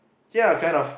yeah kind of